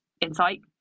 insight